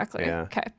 Okay